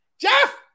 jeff